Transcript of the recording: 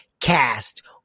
Cast